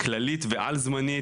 כללית ועל זמנית.